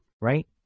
Right